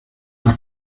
las